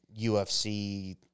UFC